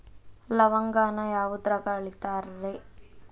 ಲವಂಗಾನ ಯಾವುದ್ರಾಗ ಅಳಿತಾರ್ ರೇ?